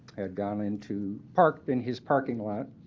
had gone into park in his parking lot.